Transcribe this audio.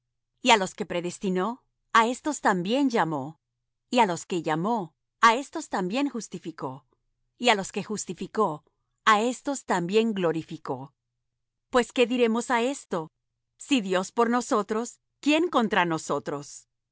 á los que predestinó á éstos también llamó y á los que llamó á éstos también justificó y á los que justificó á éstos también glorificó pues qué diremos á esto si dios por nosotros quién contra nosotros